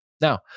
Now